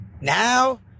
Now